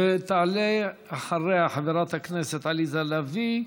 ותעלה אחריה חברת הכנסת עליזה לביא,